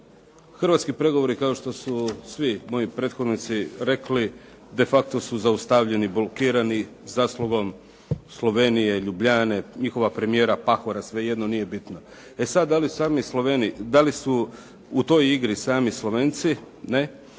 Hrvatski pregovori, kao što su svi moji prethodnici rekli de facto su zaustavljeni, blokirani zaslugom Slovenije, Ljubljane, njihova premijera Pahora, svejedno nije bitno. E sad, da li sami Slovenci, da